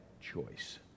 choice